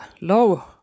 low